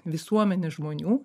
visuomenės žmonių